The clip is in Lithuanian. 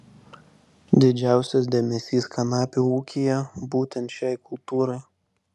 didžiausias dėmesys kanapių ūkyje būtent šiai kultūrai